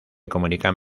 comunican